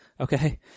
Okay